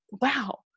wow